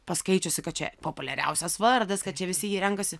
paskaičiusi kad čia populiariausias vardas kad čia visi jį renkasi